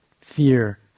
fear